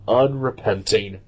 unrepenting